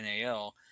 nal